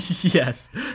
yes